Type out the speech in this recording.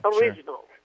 original